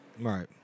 Right